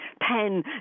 pen